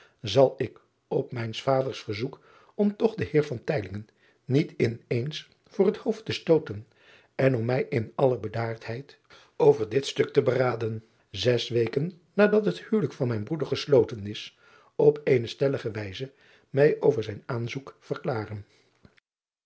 zal ik op mijns vaders verzoek om toch den eer niet in eens voor het hoofd te stooten en om mij in alle bedaardheid over dit stuk te beraden zes weken nadat het huwelijk van mijn broeder gesloten is op eene stellige wijze mij over zijn aanzoek verklaren